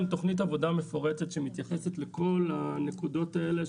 תוכנית עבודה מפורטת שמתייחסת לכל הנקודות האלה,